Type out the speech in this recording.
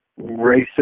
racist